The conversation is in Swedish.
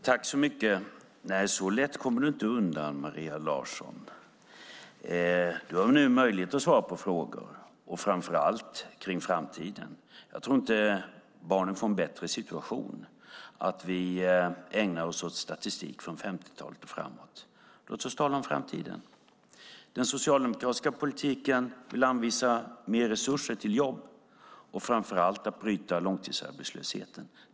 Fru talman! Så lätt kommer du inte undan, Maria Larsson. Du har nu möjlighet att svara på frågor, framför allt kring framtiden. Jag tror inte att barnen får en bättre situation om vi ägnar oss åt statistik från 50-talet och framåt. Låt oss tala om framtiden. Med den socialdemokratiska politiken vill vi anvisa mer resurser till jobb och framför allt bryta långtidsarbetslösheten.